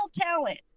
talent